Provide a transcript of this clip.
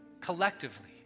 collectively